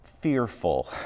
fearful